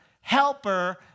helper